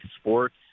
sports